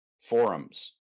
forums